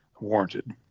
warranted